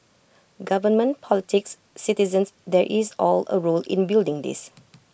government politics citizens there is all A role in building this